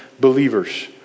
believers